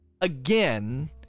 Again